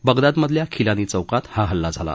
बगदादमधल्या खिलानी चौकात हा हल्ला झाला